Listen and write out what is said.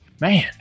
Man